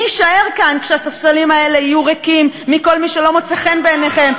מי יישאר כאן כשהספסלים האלה יהיו ריקים מכל מי שלא מוצא חן בעיניכם?